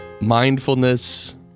mindfulness